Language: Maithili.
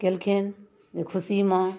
केलखिन जे खुशीमे